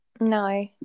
No